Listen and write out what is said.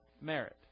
merit